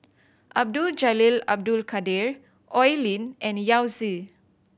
Abdul Jalil Abdul Kadir Oi Lin and Yao Zi